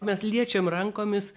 mes liečiam rankomis